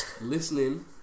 listening